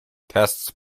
tests